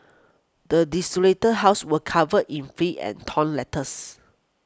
the desolated house was covered in filth and torn letters